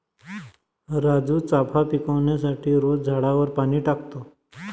राजू चाफा पिकवण्यासाठी रोज झाडावर पाणी टाकतो